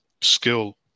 skill